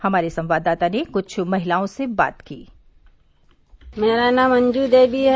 हमारे संवाददाता ने कुछ महिलाओं से बात की मेरा नाम अंजू देवी है